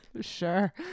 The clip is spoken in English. Sure